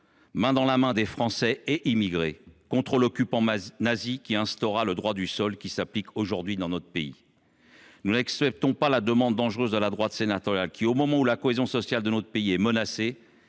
main dans la main, des Français et des immigrés contre l’occupant nazi, qui instaura le droit du sol qui s’applique aujourd’hui dans notre pays. Nous n’acceptons pas la demande dangereuse de la droite sénatoriale, qui, au moment où la cohésion sociale de notre pays est menacée,